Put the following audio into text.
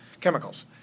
chemicals